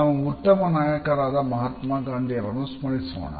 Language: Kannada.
ನಮ್ಮಉತ್ತಮ ನಾಯಕರಾದ ಮಹಾತ್ಮಾ ಗಾಂಧಿ ಅವರನ್ನು ಸ್ಮರಿಸೋಣ